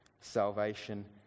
salvation